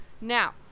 Now